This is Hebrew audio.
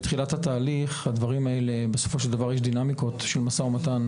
בדברים האלה יש דינמיקות של משא ומתן,